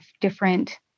different